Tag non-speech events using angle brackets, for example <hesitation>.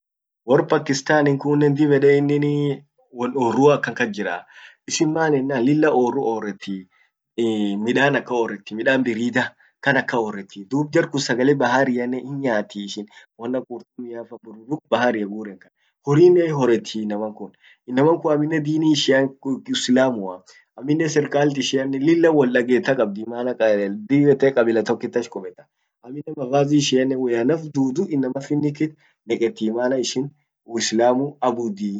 Wor Paskistani kunnen dib ede innin <hesitation> won orrua akankas jiraa.ishin maan ennan lilla orru orreti. <hesitation> midan akan orreti, midan birida kan akan orreti .dub jar kun sagale bahariannen hin nyaati ishin won ak qurtummiafa, <unintelligible> baharia gurren kan. horrinen hioreti inaman kun inaman kun amminen dini ishian islamua. amminen serkalt ishian lilla woldageta kabdii. maana dib ete kabila tokkit ash kubeta. amminen mavazi ishian woyya naf dudu inama finikit neketi maana ishin uislamu abbudi.